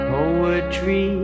Poetry